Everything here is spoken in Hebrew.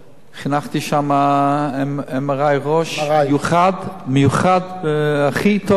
חנכתי שם MRI ראש מיוחד והכי טוב שיש בארץ,